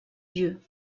yeux